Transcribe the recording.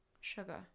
Sugar